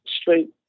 straight